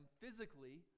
physically